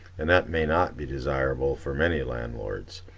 and that may not be desirable for many landlords.